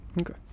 okay